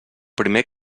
primer